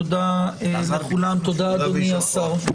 תודה לכולם, תודה אדוני השר.